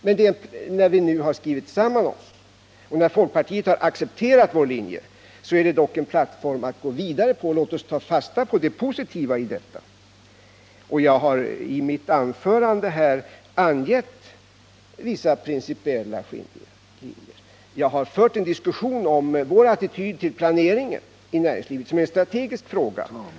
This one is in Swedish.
Men när vi nu skrivit samman oss, och när folkpartiet accepterat vår linje är det en plattform att gå vidare på. Låt oss ta fasta på det positiva i detta. Jag har i mitt anförande här angett vissa principiella skiljelinjer. Jag har fört en diskussion om vår attityd till planeringen i näringslivet, som är en strategisk fråga.